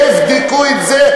תבדקו את זה.